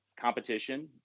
competition